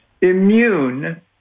immune